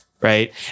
right